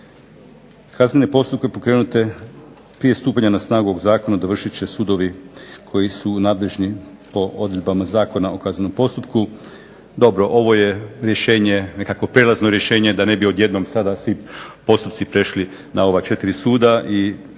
Kaznene postupke pokrenute prije stupanja na snagu ovog Zakona dovršit će sudovi koji su nadležni po odredbama Zakona o kaznenom postupku. Dobro, ovo je rješenje, nekakvo prijelazno rješenje da ne bi odjednom sada svi postupci prešli na ova četiri suda